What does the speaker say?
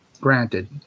Granted